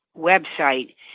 website